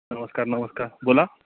नमस्कार नमस्कार बोला